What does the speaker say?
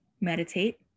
meditate